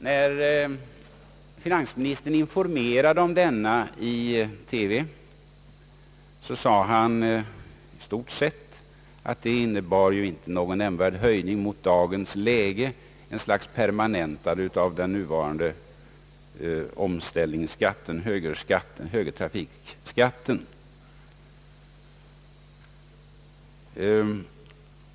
När finansministern informerade om den i TV sade han i stort sett att den inte innebar någon nämnvärd höjning mot dagens läge utan endast ett slags permanentande av den nuvarande högertrafikomläggningsskatten.